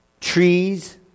Trees